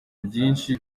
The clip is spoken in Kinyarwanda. byinshi